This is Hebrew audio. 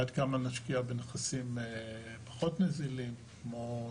עד כמה נשקיע בנכסים פחות נזילים כמו נדל"ן,